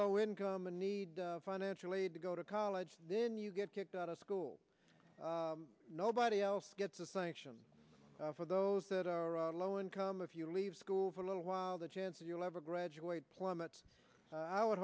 low income and need financial aid to go to college then you get kicked out of school nobody else gets a sanction for those that are low income if you leave school for a little while the chance that you'll never graduate plummets i would